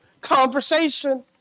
conversation